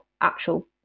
actual